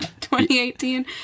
2018